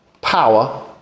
power